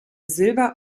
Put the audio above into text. silber